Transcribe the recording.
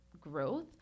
growth